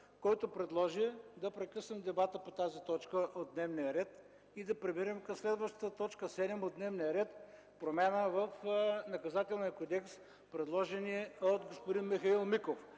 който предложи да прекъснем дебата по тази точка от дневния ред и да преминем към следващата т. 7 от дневния ред – „Промяна в Наказателния кодекс”, предложена от господин Михаил Миков.